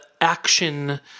action